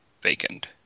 vacant